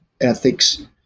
ethics